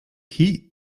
heat